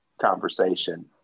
conversation